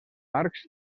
arcs